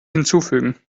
hinzufügen